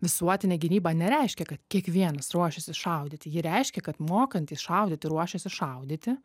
visuotinė gynyba nereiškia kad kiekvienas ruošiasi šaudyti ji reiškia kad mokantys šaudyti ruošiasi šaudyti